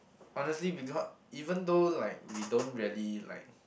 honestly because even though like we don't really like